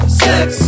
sex